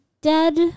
dead